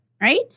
Right